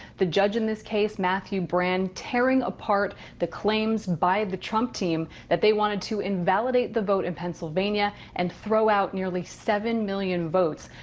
the judge in this case, matthew brann, tearing apart the claims by the trump team that they wanted to invalidate the vote in pennsylvania and throw out nearly seven million votes.